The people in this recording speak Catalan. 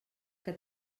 que